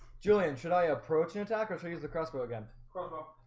julian should i approach an attack or use the crossbow again croco?